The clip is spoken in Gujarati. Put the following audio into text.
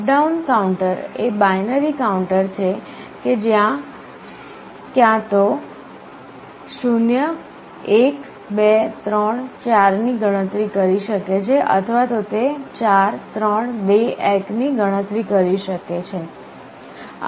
અપ ડાઉન કાઉન્ટર એ બાઈનરી કાઉન્ટર છે જે ક્યાં તો 0 1 2 3 4 ની ગણતરી કરી શકે છે અથવા તે 4 3 2 1 ની ગણતરી કરી શકે છે